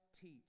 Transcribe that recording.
teach